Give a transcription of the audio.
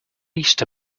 easter